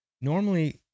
normally